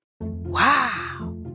Wow